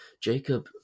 Jacob